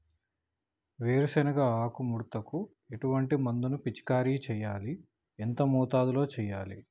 వేరుశెనగ ఆకు ముడతకు ఎటువంటి మందును పిచికారీ చెయ్యాలి? ఎంత మోతాదులో చెయ్యాలి?